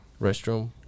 restroom